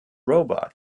robot